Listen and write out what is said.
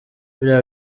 biriya